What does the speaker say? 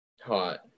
Hot